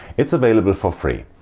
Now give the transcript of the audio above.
it's available for free.